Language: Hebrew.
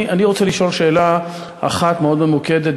אני רוצה לשאול שאלה אחת מאוד ממוקדת.